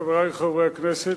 חברי חברי הכנסת,